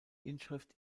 inschrift